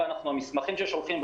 והמסמכים ששולחים,